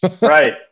Right